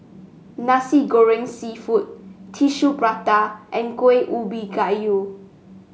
Nasi Goreng seafood Tissue Prata and Kuih Ubi Kayu